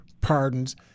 pardons